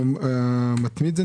המתנדב המתמיד?